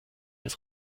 des